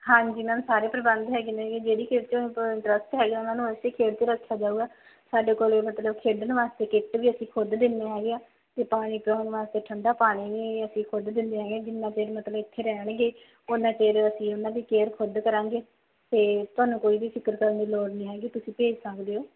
ਹਾਂਜੀ ਮੈਮ ਸਾਰੇ ਪ੍ਰਬੰਧ ਹੈਗੇ ਨੇ ਜਿਹੜੀ ਖੇਡ 'ਚ ਇੰਟਰਸਟ ਹੈਗਾ ਵਾ ਉਸ ਖੇਡ 'ਚ ਰੱਖਿਆ ਜਾਊਗਾ ਸਾਡੇ ਕੋਲ ਮਤਲਬ ਖੇਡਣ ਵਾਸਤੇ ਕਿੱਟ ਵੀ ਅਸੀਂ ਖੁਦ ਦਿੰਦੇ ਹੈਗੇ ਆ ਅਤੇ ਪਾਣੀ ਪਿਉਣ ਵਾਸਤੇ ਠੰਡਾ ਪਾਣੀ ਵੀ ਅਸੀਂ ਖੁਦ ਦਿੰਦੇ ਹੈਗੇ ਜਿੰਨਾ ਚਿਰ ਮਤਲਬ ਇੱਥੇ ਰਹਿਣਗੇ ਉੰਨਾ ਚਿਰ ਅਸੀਂ ਉਹਨਾਂ ਦੀ ਕੇਅਰ ਖੁਦ ਕਰਾਂਗੇ ਅਤੇ ਤੁਹਾਨੂੰ ਕੋਈ ਵੀ ਫਿਕਰ ਕਰਨ ਦੀ ਲੋੜ ਨਹੀਂ ਹੈਗੀ ਤੁਸੀਂ ਭੇਜ ਸਕਦੇ ਹੋ